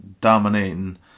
dominating